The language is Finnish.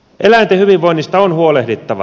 eläinten hyvinvoinnista on huolehdittava